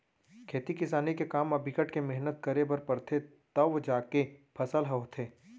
खेती किसानी के काम म बिकट के मेहनत करे बर परथे तव जाके फसल ह होथे